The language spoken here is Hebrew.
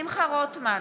שמחה רוטמן,